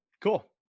Cool